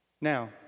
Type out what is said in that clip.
Now